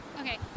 Okay